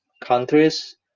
countries